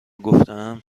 گفتهام